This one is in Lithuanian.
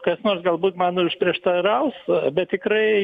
kas nors galbūt man ir užprieštaraus bet tikrai